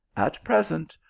at present,